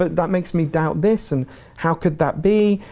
but that makes me doubt this and how could that be.